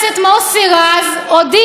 זה משתלב